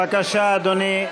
בבקשה, אדוני.